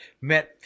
met